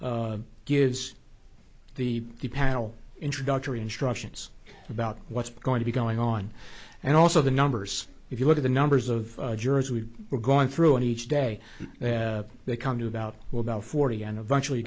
gives the panel introductory instructions about what's going to be going on and also the numbers if you look at the numbers of jurors we were going through and each day they come to about well about forty and eventually